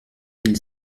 mille